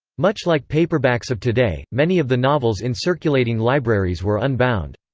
much like paperbacks of today, many of the novels in circulating libraries were unbound.